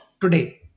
today